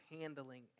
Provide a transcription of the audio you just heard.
handling